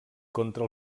contra